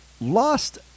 lost